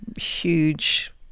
huge